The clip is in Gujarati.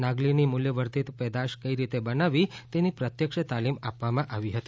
નાગલીની મુલ્યવર્ધિત પેદાશ કઈ રીતે બનાવવી તેની પ્રત્યક્ષ તાલીમ આપવામાં આવી હતી